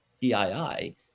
PII